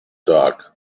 dark